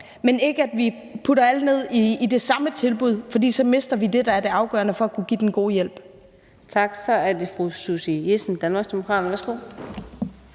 og ikke, at vi putter alle ned i det samme tilbud, for så mister vi det, der er det afgørende for at kunne give den gode hjælp. Kl. 18:26 Fjerde næstformand (Karina